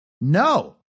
No